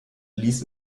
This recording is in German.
ließ